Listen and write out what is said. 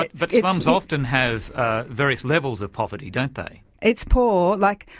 but but slums often have ah various levels of poverty, don't they. it's poor. like,